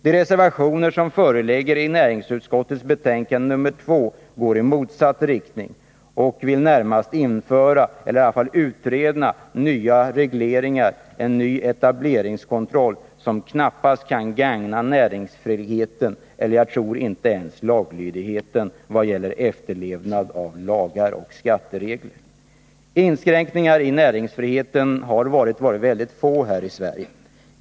De reservationer som föreligger i näringsutskottets betänkande nr 2 går i motsatt riktning och reservanterna vill närmast införa — eller i varje fall utreda — en ny reglering, en ny etableringskontroll, som knappast kan gagna näringsfriheten eller ens laglydigheten vad gäller efterlevnad av gällande lagar och skatteregler. Inskränkningarna i näringsfriheten har varit väldigt få här i Sverige.